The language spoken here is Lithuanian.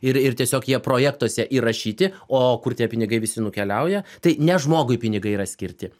ir ir tiesiog jie projektuose įrašyti o kur tie pinigai visi nukeliauja tai ne žmogui pinigai yra skirti